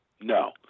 No